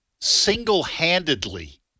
single-handedly